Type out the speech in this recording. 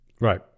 Right